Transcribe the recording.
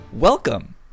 Welcome